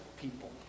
people